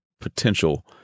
potential